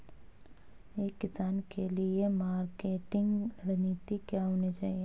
एक किसान के लिए मार्केटिंग रणनीति क्या होनी चाहिए?